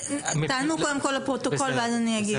תענו לפרוטוקול ואז אני אגיד.